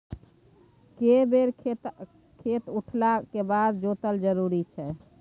के बेर खेत उठला के बाद जोतब जरूरी छै?